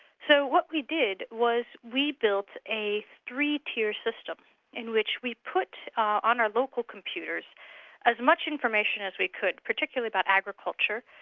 so what we did was we built a three tier system in which we put on our local computers as much information as we could, particularly about agriculture,